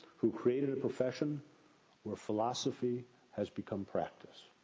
who created a profession where philosophy has become practice.